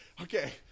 Okay